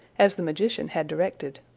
as the magician had directed.